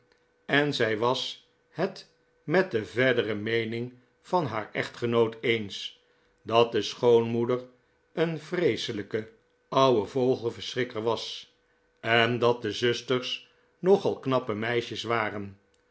en zij was het met de verdere meening van haar echtgenoot eens dat de schoonmoeder een vreeselijke ouwe vogelverschrikker was en dat de zusters nogal knappe meisjes waren